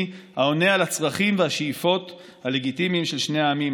העונה על הצרכים והשאיפות הלגיטימיים של שני העמים,